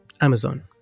Amazon